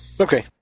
Okay